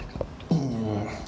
mm